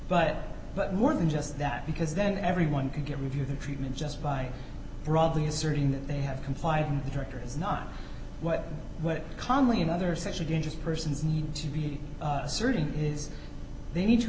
but but more than just that because then everyone can get review the treatment just by broadly asserting that they have complied with directors not what what connally and other such a dangerous persons need to be certain is they need to